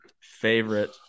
favorite